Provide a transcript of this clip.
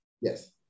Yes